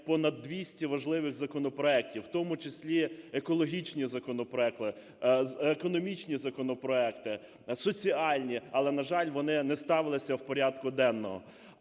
понад 200 важливих законопроектів, в тому числі екологічні законопроекти, економічні законопроекти, соціальні, але, на жаль, вони не ставилися у порядку денному.